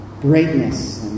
greatness